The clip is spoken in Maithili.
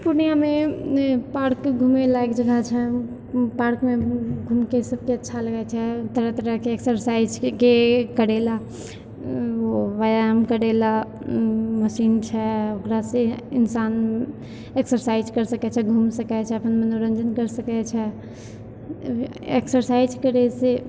पूर्णियाँमे पार्कमे लाइट जड़य छै पार्कमे घुमिके सबके अच्छा लगय छै तरह तरहके एक्सरसाइजके करय लए व्यायाम करय लए मशीन छै ओकरासँ इंसान एक्सरसाइज करि सकय छै घुमि सकय छै अपन मनोरंजन करि सकय छै एक्सरसाइज करयसँ